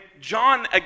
john